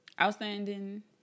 Outstanding